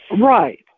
right